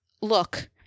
look